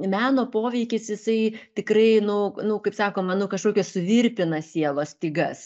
meno poveikis jisai tikrai nu nu kaip sakoma nu kažkokias suvirpina sielos stygas